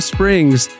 Springs